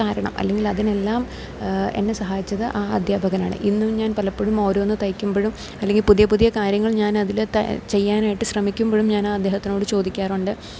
കാരണം അല്ലെങ്കിൽ അതിനെല്ലാം എന്നെ സഹായിച്ചത് ആ അദ്ധ്യാപകനാണ് ഇന്നും ഞാൻ പലപ്പോഴും ഓരോന്ന് തയ്ക്കുമ്പോഴും അല്ലെങ്കിൽ പുതിയ പുതിയ കാര്യങ്ങൾ ഞാൻ അതിൽ ത ചെയ്യാനായിട്ട് ശ്രമിക്കുമ്പോഴും ഞാൻ അദ്ദേഹത്തിനോട് ചോദിക്കാറുണ്ട്